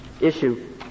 issue